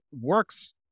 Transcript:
works